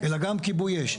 אלא גם כיבוי אש.